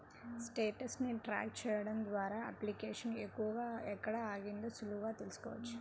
status ని track చెయ్యడం ద్వారా అప్లికేషన్ ఎక్కడ ఆగిందో సులువుగా తెల్సుకోవచ్చు